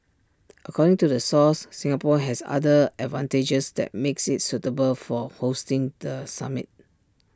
according to the source Singapore has other advantages that makes IT suitable for hosting the summit